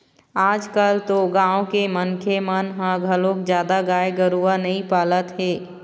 आजकाल तो गाँव के मनखे मन ह घलोक जादा गाय गरूवा नइ पालत हे